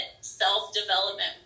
self-development